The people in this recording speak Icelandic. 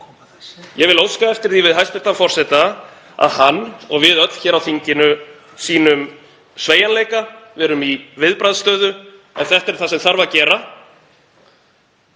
Ég vil óska eftir því við hæstv. forseta að hann og við öll hér á þinginu sýnum sveigjanleika, verum í viðbragðsstöðu ef þetta er það sem þarf að gera,